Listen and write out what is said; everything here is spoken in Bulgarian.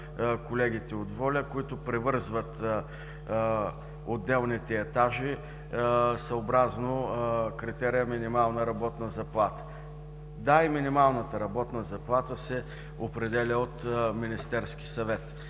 колегите от „Воля“, които превързват отделните етажи съобразно критерия „минимална работна заплата“. Да, и минималната работна заплата се определя от Министерския съвет.